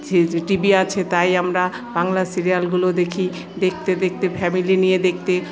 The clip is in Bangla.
টিভি আছে তাই আমরা বাংলা সিরিয়ালগুলো দেখি দেখতে দেখতে ফ্যামিলি নিয়ে দেখতে